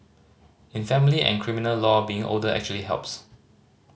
in family and criminal law being older actually helps